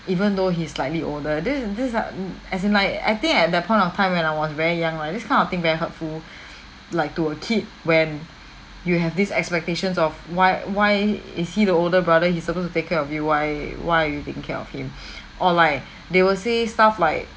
even though he's slightly older this is this are as in like I think at that point of time when I was very young lah this kind of thing very hurtful like to a kid when you have these expectations of why why is he the older brother he's supposed to take care of you why why you didn't care of him or like they will say stuff like